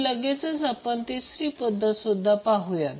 तर लगेचच आपण तिसरी पद्धतसुद्धा पाहूया